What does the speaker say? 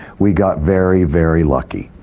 we got very, very lucky.